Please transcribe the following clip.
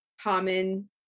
common